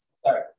Sorry